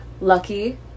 Lucky